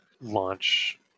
launch